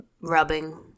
rubbing